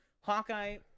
Hawkeye